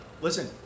Listen